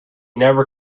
never